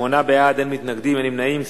שמונה בעד, אין מתנגדים, אין נמנעים.